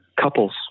couples